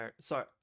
sorry